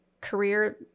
career